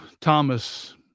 Thomas